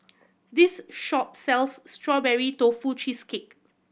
this shop sells Strawberry Tofu Cheesecake